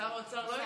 שר האוצר לא הגיע?